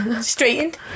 Straightened